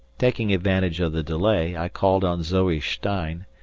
taking advantage of the delay i called on zoe stein,